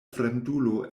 fremdulo